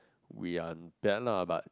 we are there lah but